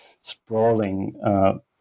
sprawling